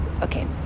okay